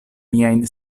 miajn